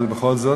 אבל בכל זאת,